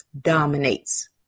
dominates